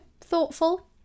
thoughtful